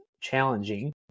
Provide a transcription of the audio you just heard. challenging